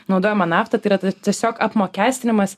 naudojama nafta tai yra tiesiog apmokestinimas